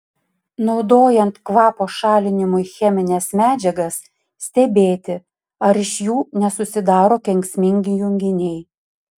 naudojant kvapo šalinimui chemines medžiagas stebėti ar iš jų nesusidaro kenksmingi junginiai